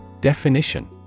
Definition